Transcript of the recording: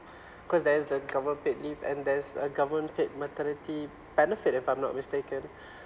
because there is the government paid leave and there's a government paid maternity benefit if I'm not mistaken